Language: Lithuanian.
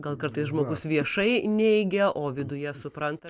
gal kartais žmogus viešai neigia o viduje supranta